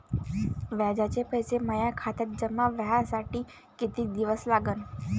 व्याजाचे पैसे माया खात्यात जमा व्हासाठी कितीक दिवस लागन?